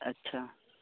अच्छा